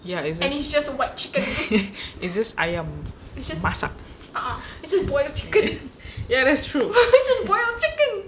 ya it's just it's just ayam masak ya that's true